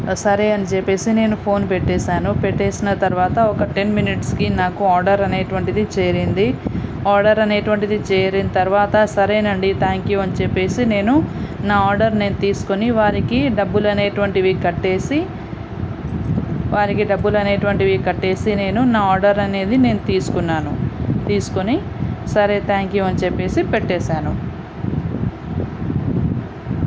సరే అని చెప్పేసి నేను ఫోన్ పెట్టేసాను పెట్టేసిన తర్వాత ఒక టెన్ మినిట్స్కి నాకు ఆర్డర్ అనేటువంటిది చేరింది ఆర్డర్ అనేటువంటిది చేరిన తర్వాత సరేనండి థ్యాంక్ యూ అని చెప్పేసి నేను నా ఆర్డర్ నేను తీసుకుని వారికి డబ్బులు అనేటువంటివి కట్టేసి వారికి డబ్బులు అనేటువంటివి కట్టేసి నేను నా ఆర్డర్ అనేది నేను తీసుకున్నాను తీసుకుని సరే థ్యాంక్ యూ అని చెప్పేసి పెట్టేసాను